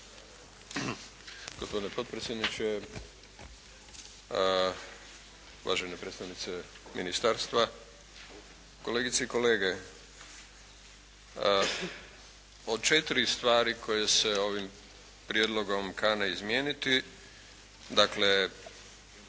Gospodine potpredsjedniče, uvažene predstavnice ministarstva, kolegice i kolege. Od četiri stvari koje se ovim prijedlogom kane izmijeniti. Dakle,